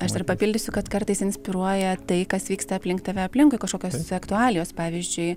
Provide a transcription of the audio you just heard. aš dar papildysiu kad kartais inspiruoja tai kas vyksta aplink tave aplinkui kažkokios aktualijos pavyzdžiui